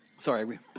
Sorry